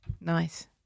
Nice